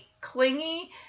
clingy